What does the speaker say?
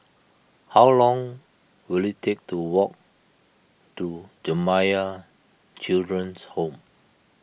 how long will it take to walk to Jamiyah Children's Home